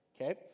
Okay